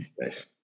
Nice